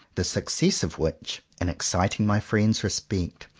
the success of which, in exciting my friends' respect,